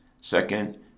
second